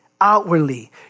outwardly